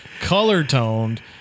color-toned